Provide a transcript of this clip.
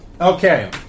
Okay